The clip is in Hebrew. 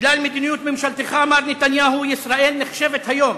בגלל מדיניות ממשלתך, מר נתניהו, ישראל נחשבת היום